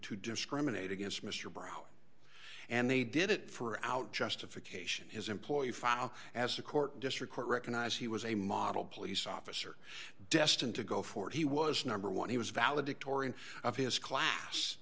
to discriminate against mr brower and they did it for out justification his employee file as the court district court recognized he was a model police officer destined to go forward he was number one he was valedictorian of his class